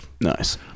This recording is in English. nice